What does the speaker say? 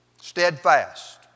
steadfast